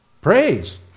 Praise